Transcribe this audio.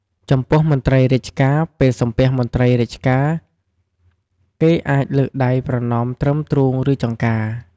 ចំពោះមន្ត្រីរាជការ ពេលសំពះមន្ត្រីរាជការ គេអាចលើកដៃប្រណម្យត្រឹមទ្រូង ឬចង្កា។